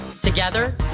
Together